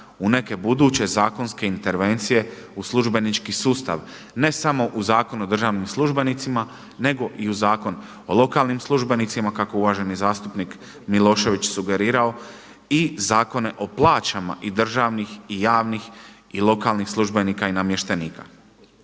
u neke buduće zakonske intervencije u službenički sustav ne samo u Zakon o državnim službenicima, nego i u Zakon o lokalnim službenicima kako uvaženi zastupnik Milošević sugerirao i Zakone o plaćama i državnih i javnih i lokalnih službenika i namještenika.